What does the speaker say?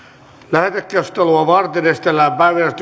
lähetekeskustelua varten esitellään päiväjärjestyksen